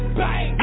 bang